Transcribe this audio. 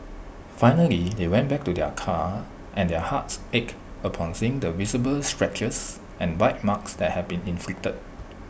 finally they went back to their car and their hearts ached upon seeing the visible scratches and bite marks that had been inflicted